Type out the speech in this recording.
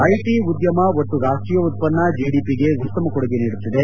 IT ಉದ್ಯಮ ಒಟ್ಟು ರಾಷ್ಟೀಯ ಉತ್ಪನ್ನ ಜಿಡಿಪಿಗೆ ಉತ್ತಮ ಕೊಡುಗೆ ನೀಡುತ್ತಿದೆ